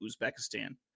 Uzbekistan